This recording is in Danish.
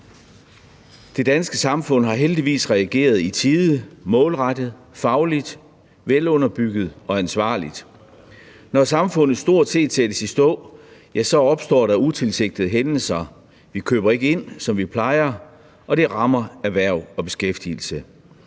Det danske samfund har heldigvis reageret i tide, målrettet, fagligt velunderbygget og ansvarligt. Når samfundet stort set sættes i stå, opstår der utilsigtede hændelser. Vi køber ikke ind, som vi plejer, og det rammer erhverv og beskæftigelse.